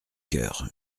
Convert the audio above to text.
coeur